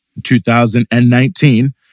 2019